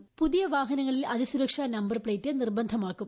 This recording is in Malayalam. ച്ചുതിയ വാഹനങ്ങളിൽ അതിസുരക്ഷാ നമ്പർ പ്ലേറ്റ് നിർബ്ബന്ധമാക്കും